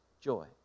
joy